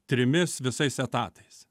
trimis visais etatais